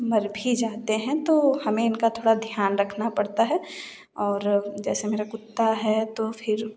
मर भी जाते हैं तो हमें इनका थोड़ा ध्यान रखना पड़ता है और जैसे मेरा कुत्ता है तो फ़िर